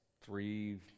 three